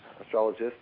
Astrologist